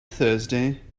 thursday